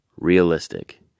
Realistic